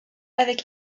avec